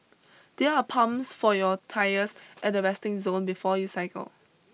there are pumps for your tyres at the resting zone before you cycle